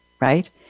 right